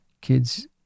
kids